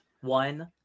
One